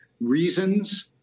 reasons